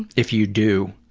if you do,